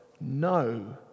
no